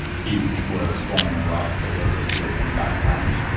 he was born in iraq but he has a syrian background,